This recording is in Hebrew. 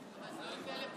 מרים